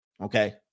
Okay